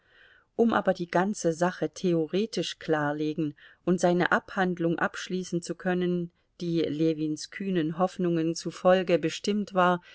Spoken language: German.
um aber die ganze sache theoretisch klarlegen und seine abhandlung abschließen zu können die ljewins kühnen hoffnungen zufolge bestimmt war